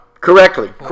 Correctly